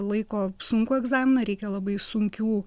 laiko sunkų egzaminą reikia labai sunkių